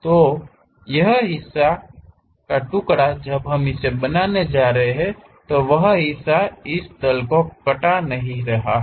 तो यह हिस्सा का टुकड़ा जब हम इसे बनाने जा रहे हैं तो वह हिस्सा इस तल से कटा नहीं है